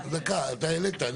דקה, אתה העלית.